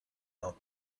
out